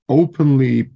openly